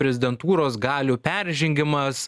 prezidentūros galių peržengimas